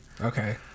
Okay